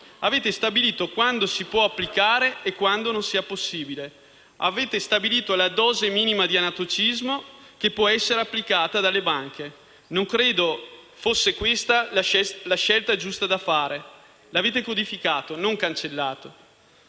Avete stabilito quando si può applicare e quando non sia possibile farlo. Avete stabilito la dose minima di anatocismo applicabile dalle banche. Non credo fosse questa la scelta giusta da fare. L'avete codificato, e non cancellato.